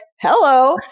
Hello